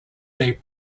they